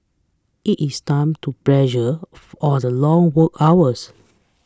is it time to pressure the long work hours